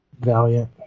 Valiant